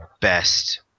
best